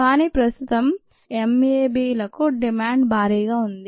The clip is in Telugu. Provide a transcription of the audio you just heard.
కానీ ప్రస్తుతం MAbలకు డిమాండ్ భారీగా ఉంది